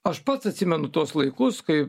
aš pats atsimenu tuos laikus kai